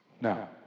Now